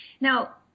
now